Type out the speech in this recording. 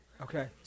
Okay